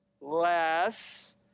less